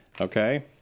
Okay